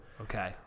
Okay